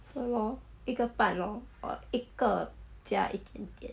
so hor 一个半 orh for 一颗加一点点